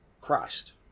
Christ